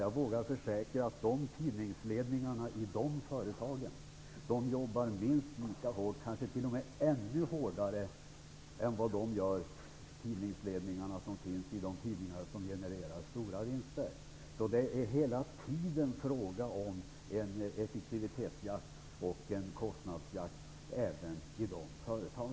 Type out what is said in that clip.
Jag vågar försäkra att tidningsledningarna i dessa företag jobbar minst lika hårt, kanske t.o.m. hårdare, än tidningsledningarna hos de tidningar som genererar stora vinster. Det är hela tiden fråga om en effektivitetsjakt och en kostnadsjakt även i dessa företag.